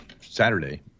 Saturday